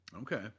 Okay